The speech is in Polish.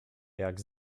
jak